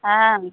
हाँ